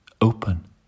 open